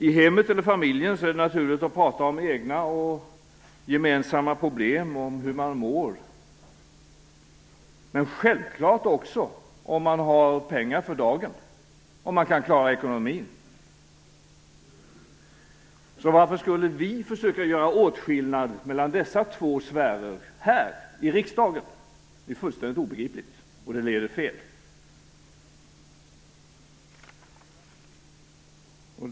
I hemmet och familjen är det naturligt att prata om egna och gemensamma problem och om hur man mår, men självfallet också om man har pengar för dagen och kan klara ekonomin. Varför skulle vi försöka göra åtskillnad mellan dessa två sfärer här i riksdagen. Det är fullständigt obegripligt, och det leder fel.